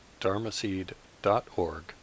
dharmaseed.org